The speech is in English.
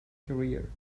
career